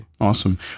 Awesome